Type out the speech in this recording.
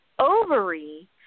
ovary